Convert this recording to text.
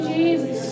Jesus